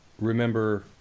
remember